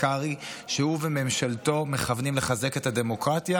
קרעי שהוא וממשלתו מכוונים לחזק את הדמוקרטיה,